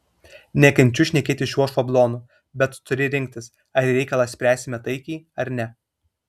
nekenčiu šnekėti šiuo šablonu bet turi rinktis ar reikalą spręsime taikiai ar ne